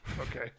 Okay